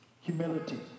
humility